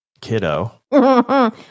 kiddo